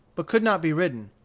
but could not be ridden.